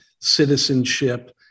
citizenship